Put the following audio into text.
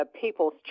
People's